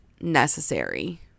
necessary